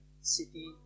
city